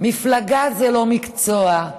מפלגה זה לא מקצוע.